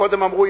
קודם אמרו,